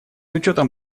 учетом